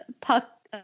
puck